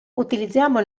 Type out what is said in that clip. utilizziamo